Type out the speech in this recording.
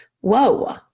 Whoa